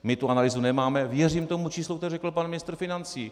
My tu analýzu nemáme, věřím tomu číslu, které řekl pan ministr financí.